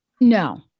No